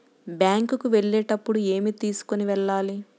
Bank కు వెళ్ళేటప్పుడు ఏమి తీసుకొని వెళ్ళాలి?